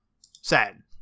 sad